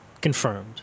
Confirmed